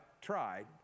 tried